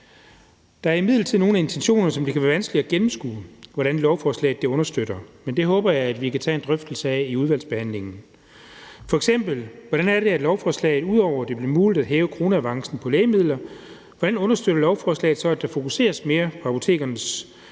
Der er imidlertid nogle af intentionerne, som det kan være vanskeligt at gennemskue hvordan lovforslaget understøtter, men det håber jeg at vi kan tage en drøftelse af i udvalgsbehandlingen. F.eks. kunne man drøfte, hvordan lovforslaget – ud over at det bliver muligt at hæve kroneavancen på lægemidler – understøtter, at der fokuseres mere på apotekernes